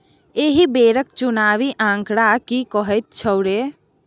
एहि बेरक चुनावी आंकड़ा की कहैत छौ रे